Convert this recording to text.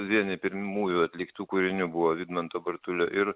vieni pirmųjų atliktų kūrinių buvo vidmanto bartulio ir